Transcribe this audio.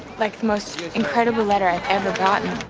like, the most incredible letter i've ever gotten.